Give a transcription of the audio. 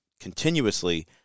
continuously